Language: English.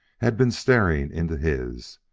had been staring into his,